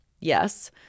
Yes